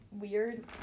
weird